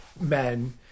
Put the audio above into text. men